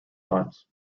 times